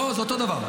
לא, זה אותו הדבר.